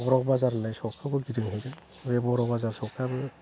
मोनसे बर' बाजार होननाय सकखौबो गिदिंबोदों बे बर' बाजार स'कफ्राबो